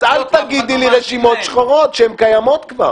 אז אל תגידי לי רשימות שחורות שהן קיימות כבר.